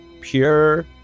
pure